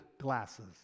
glasses